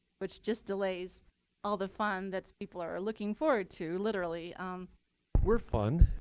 which just delays all the fun that people are looking forward to literally we're fun.